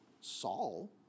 Saul